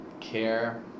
care